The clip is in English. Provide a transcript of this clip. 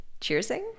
cheersing